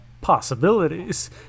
possibilities